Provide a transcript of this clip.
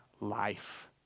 life